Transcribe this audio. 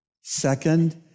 Second